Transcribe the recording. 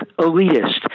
elitist